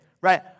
Right